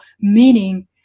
meaning